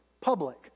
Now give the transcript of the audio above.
public